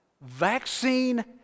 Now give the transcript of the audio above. Vaccine